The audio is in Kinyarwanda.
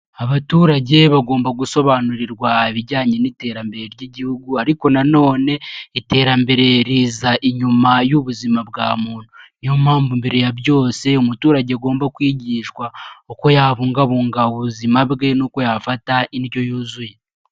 Abaturage bagomba gusobanurirwa ibijyanye n'iterambere ry'igihugu ariko na none iterambere riza inyuma y'ubuzima bwa muntu, niyo mpamvu mbere ya byose umuturage agomba kwigishwa uko yabungabunga ubuzima bwe n'uko yafata indyo yuzuye.